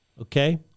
Okay